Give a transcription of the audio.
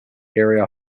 area